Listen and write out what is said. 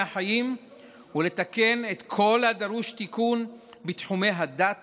החיים ולתקן את כל הדרוש תיקון בתחומי הדת